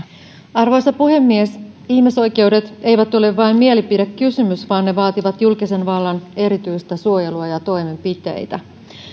arvoisa puhemies ihmisoikeudet eivät ole vain mielipidekysymys vaan ne vaativat julkisen vallan erityistä suojelua ja toimenpiteitä